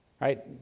right